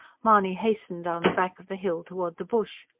mahony hastened down the back of the hill towards the bush.